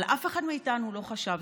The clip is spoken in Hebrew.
אבל אף אחד מאיתנו לא חשב,